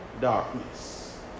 darkness